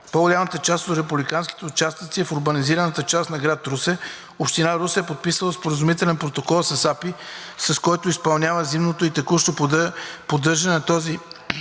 По-голямата част от републиканските участъци е в урбанизираната част на град Русе. Община Русе е подписала Споразумителен протокол с Агенция „Пътна инфраструктура“, с който изпълнява зимното и текущото поддържане на тази